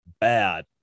bad